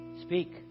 Speak